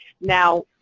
Now